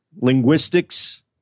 linguistics